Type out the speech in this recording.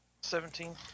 Seventeen